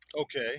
Okay